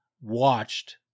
watched